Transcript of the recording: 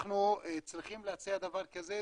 אנחנו צריכים להציע דבר כזה,